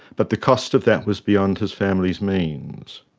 but the cost of that was beyond his family's means.